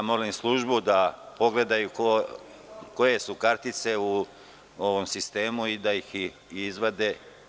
Molim službu da pogleda koje su kartice u sistemu i da ih izvade.